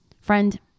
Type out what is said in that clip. Friend